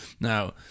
Now